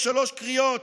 בשלוש קריאות,